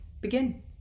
begin